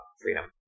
freedom